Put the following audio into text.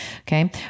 Okay